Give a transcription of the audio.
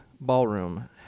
ballroom